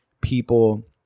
people